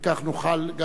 וכך נוכל גם